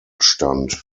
stand